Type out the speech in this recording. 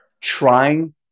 trying